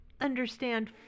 understand